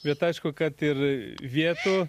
bet aišku kad ir vietų